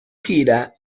gira